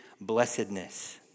blessedness